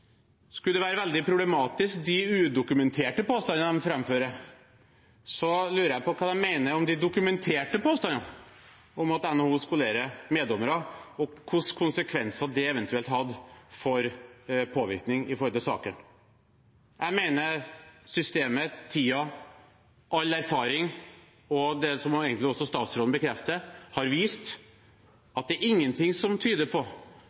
Skulle det være veldig problematisk med de udokumenterte påstandene man framfører, så lurer jeg på hva de mener om de dokumenterte påstandene om at NHO skolerer meddommere, og hvilke konsekvenser det eventuelt har for påvirkning i saker. Jeg mener systemet, tiden, all erfaring, og det som egentlig også statsråden bekrefter, har vist at det er ingenting som tyder på